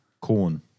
corn